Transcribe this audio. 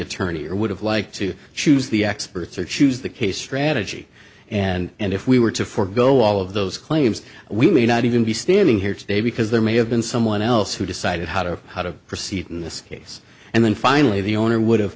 attorney or would have liked to choose the experts or choose the case strategy and if we were to forego all of those claims we may not even be standing here today because there may have been someone else who decided how to how to proceed in this case and then finally the owner would have